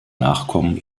nachkommen